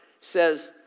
says